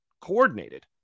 coordinated